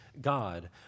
God